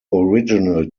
original